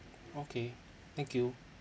okay thank you